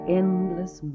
endless